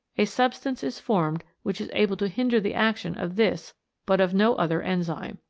a substance is formed which is able to hinder the action of this but of no other enzyme.